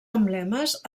emblemes